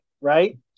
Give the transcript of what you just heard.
right